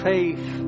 Faith